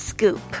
Scoop